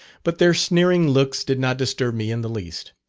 but their sneering looks did not disturb me in the least.